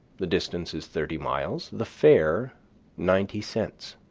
the distance is thirty miles the fare ninety cents.